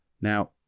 Now